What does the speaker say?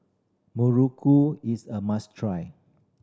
muruku is a must try